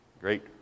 great